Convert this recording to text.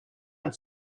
and